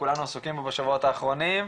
כולנו עסוקים בו בשבועות האחרונים.